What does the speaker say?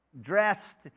dressed